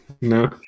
No